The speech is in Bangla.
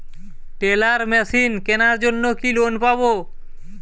টেলার মেশিন কেনার জন্য কি লোন পাব?